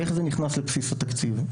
איך זה נכנס לבסיס התקציב.